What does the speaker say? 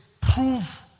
prove